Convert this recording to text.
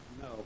No